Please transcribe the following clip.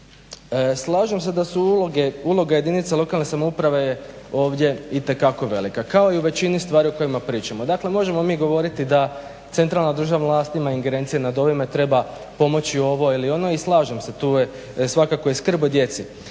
Slažem se da je uloga jedinica lokalne samouprave ovdje itekako velika, kao i u većini stvari o kojima pričamo. Dakle možemo mi govoriti da centralna državna vlast ima ingerencije nad ovime, treba pomoći ovo ili ono i slažem se tu, svakako je skrb o djeci.